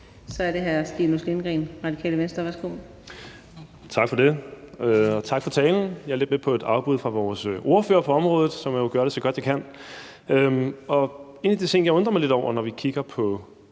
Så er det hr. Stinus Lindgreen, Radikale Venstre. Værsgo. Kl. 17:36 Stinus Lindgreen (RV): Tak for det. Og tak for talen. Jeg er lidt med på et afbud fra vores ordfører på området, så jeg må jo gøre det så godt, jeg kan. En af de ting, jeg undrer mig lidt over, når vi kigger på